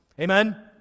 Amen